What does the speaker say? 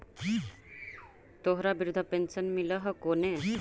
तोहरा वृद्धा पेंशन मिलहको ने?